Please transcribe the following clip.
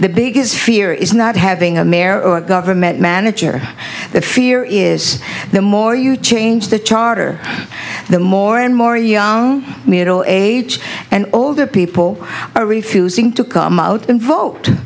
the biggest fear is not having a mayor or government manager the fear is the more you change the charter the more and more young middle aged and older people are refusing to come out and vote